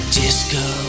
disco